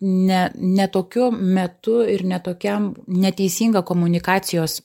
ne ne tokiu metu ir ne tokiam neteisinga komunikacijos